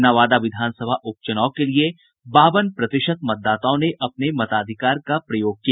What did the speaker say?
नवादा विधानसभा उपचुनाव के लिये बावन प्रतिशत मतदाताओं ने अपने मताधिकार का प्रयोग किया